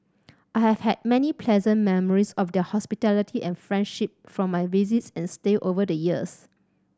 I have had many pleasant memories of their hospitality and friendship from my visits and stay over the years